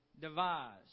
devised